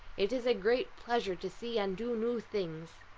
it is a great pleasure to see and do new things.